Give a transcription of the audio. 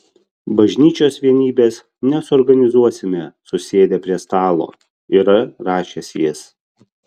bažnyčios vienybės nesuorganizuosime susėdę prie stalo yra rašęs jis